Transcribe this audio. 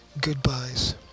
goodbyes